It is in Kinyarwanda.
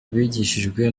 bigishijwe